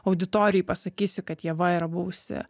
auditorijai pasakysiu kad ieva yra buvusi